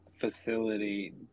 facility